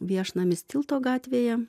viešnamis tilto gatvėje